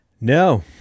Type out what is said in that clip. No